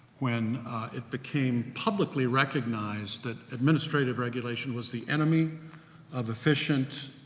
when it became publicly recognized, that administrative regulation was the enemy of efficient